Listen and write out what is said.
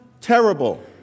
terrible